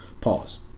Pause